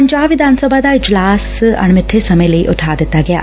ਪੰਜਾਬ ਵਿਧਾਨ ਸਭਾ ਦਾ ਇਜਲਾਸ ਅਣਸਿੱਬੇ ਸਮੇਂ ਲਈ ਉਠਾ ਦਿੱਤਾ ਗਿਐ